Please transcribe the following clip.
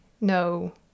no